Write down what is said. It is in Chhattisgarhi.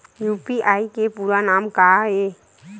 यू.पी.आई के पूरा नाम का ये?